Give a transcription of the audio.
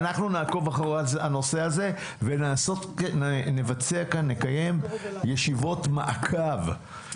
ואנחנו נעקוב אחרי הנושא הזה ונקיים כאן ישיבות מעקב.